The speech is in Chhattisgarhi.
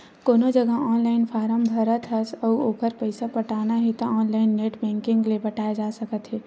कोनो जघा ऑनलाइन फारम भरत हस अउ ओखर पइसा पटाना हे त ऑनलाइन नेट बैंकिंग ले पटाए जा सकत हे